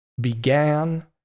began